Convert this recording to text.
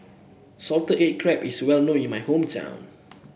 Salted Egg Crab is well known in my hometown